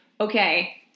okay